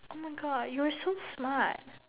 oh my God you were so smart